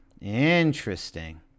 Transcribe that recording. Interesting